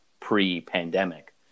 pre-pandemic